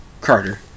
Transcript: Carter